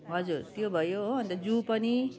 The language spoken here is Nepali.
हजुर त्यो भयो हो अन्त जू पनि